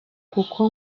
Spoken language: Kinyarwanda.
kuko